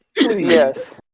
Yes